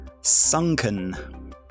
Sunken